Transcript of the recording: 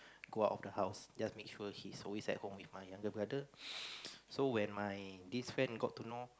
go out of the house just make sure he's always at home with my younger brother so when my this friend got to know